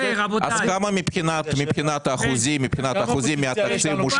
אז כמה מבחינת אחוזים מהתקציב?